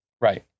Right